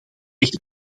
echter